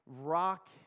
rock